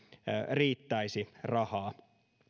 riittäisi rahaa